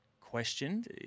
questioned